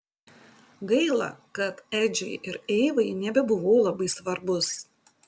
gaila kad edžiui ir eivai nebebuvau labai svarbus